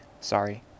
sorry